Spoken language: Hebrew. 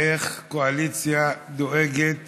איך הקואליציה דואגת